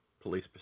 police